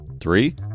Three